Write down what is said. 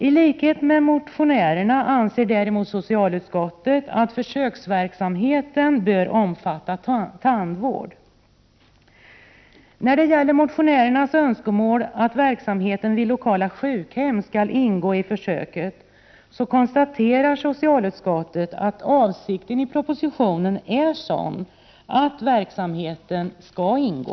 I likhet med motionärerna anser däremot socialutskottet att försöksverksamheten även bör omfatta tandvård. När det gäller motionärernas önskemål om att verksamheten vid lokala sjukhem skall ingå i försöksverksamheten konstaterar socialutskottet att avsikten med propositionen är att den verksamheten skall ingå.